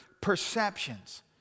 perceptions